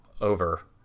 over